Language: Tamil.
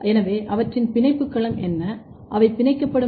எனவே அவற்றின் பிணைப்புக் களம் என்ன அவை பிணைக்கப்படும் டி